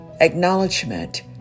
Acknowledgement